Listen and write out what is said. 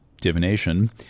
divination